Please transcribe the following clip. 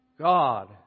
God